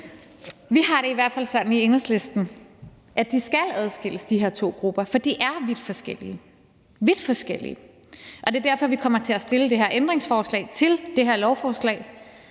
Vi har det i hvert fald sådan i Enhedslisten, at de her to grupper skal adskilles. For de er vidt forskellige – de er vidt forskellige – og det er derfor, vi kommer til at stille det her ændringsforslag til lovforslaget